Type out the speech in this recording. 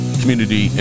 community